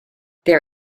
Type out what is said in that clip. their